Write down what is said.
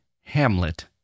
Hamlet